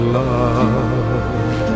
love